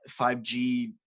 5G